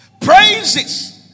praises